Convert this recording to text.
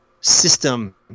system